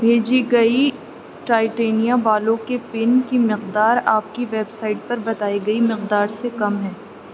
بھیجی گئی ٹائٹانیا بالوں کے پن کی مقدار آپ کی ویب سائٹ پر بتائی گئی مقدار سے کم ہے